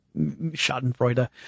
schadenfreude